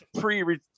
pre